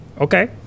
okay